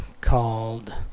called